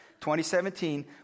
2017